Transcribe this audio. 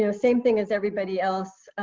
you know same thing as everybody else,